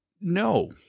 No